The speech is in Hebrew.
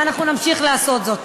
ואנחנו נמשיך לעשות זאת.